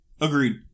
Agreed